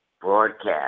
broadcast